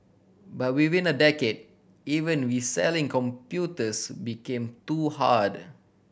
but within a decade even reselling computers became too hard